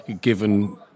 given